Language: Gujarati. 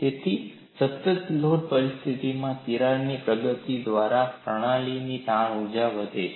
તેથી સતત લોડ પરિસ્થિતિમાં તિરાડની પ્રગતિ દ્વારા પ્રણાલીની તાણ ઊર્જા વધે છે